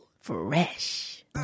fresh